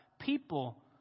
people